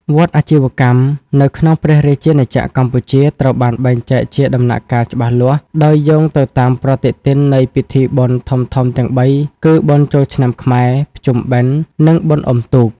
វដ្តអាជីវកម្មនៅក្នុងព្រះរាជាណាចក្រកម្ពុជាត្រូវបានបែងចែកជាដំណាក់កាលច្បាស់លាស់ ដោយយោងទៅតាមប្រតិទិននៃពិធីបុណ្យធំៗទាំងបីគឺ បុណ្យចូលឆ្នាំខ្មែរ ភ្ជុំបិណ្ឌ និងបុណ្យអុំទូក។